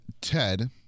ted